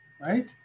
right